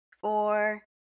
four